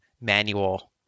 manual